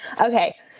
Okay